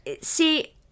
see